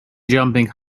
jumping